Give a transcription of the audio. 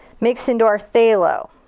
mixed into our phthalo.